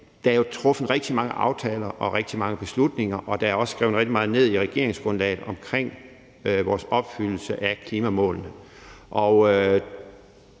der er truffet rigtig mange aftaler og rigtig mange beslutninger, og der er også skrevet rigtig meget ned i regeringsgrundlaget om vores opfyldelse af klimamålene.